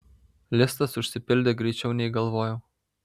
listas užsipildė greičiau nei galvojau